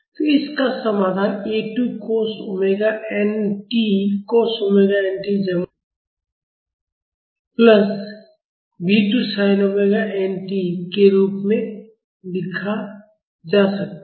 तो इस का समाधान A 2 cos omega n tcosωnt जमा B 2 sin omega n t sinωnt के रूप में लिखा जा सकता है